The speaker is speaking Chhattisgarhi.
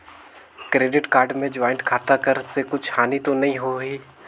क्रेडिट कारड मे ज्वाइंट खाता कर से कुछ हानि तो नइ होही?